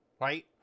Right